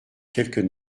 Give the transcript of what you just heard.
quelques